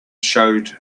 showed